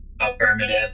Affirmative